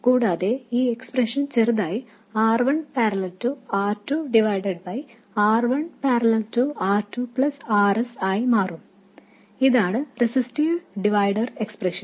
കൂടാതെ ഈ എക്സ്പ്രെഷൻ ചെറുതായി R 1 parallel R 2 divided by R 1 parallel R 2 plus R s ആയി മാറും ഇതാണ് റെസിസ്റ്റീവ് ഡിവൈഡർ എക്സ്പ്രെഷൻ